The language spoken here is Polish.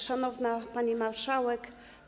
Szanowna Pani Marszałek!